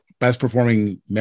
best-performing